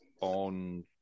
on